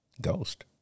Ghost